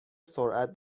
سرعت